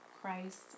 Christ